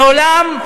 מעולם,